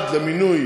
מ-15 במאי,